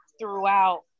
throughout